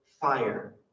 fire